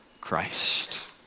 Christ